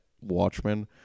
Watchmen